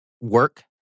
work